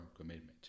commitment